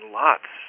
lots